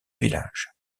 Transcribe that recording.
village